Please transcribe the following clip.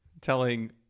telling